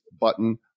button